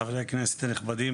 חברי הכנסת הנכבדים,